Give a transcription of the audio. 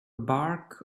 bark